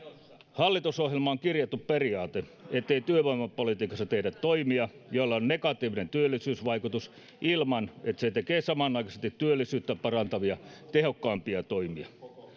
hallitusohjelmaan on kirjattu periaate ettei työvoimapolitiikassa tehdä toimia joilla on negatiivinen työllisyysvaikutus ilman että se tekee samanaikaisesti työllisyyttä parantavia tehokkaampia toimia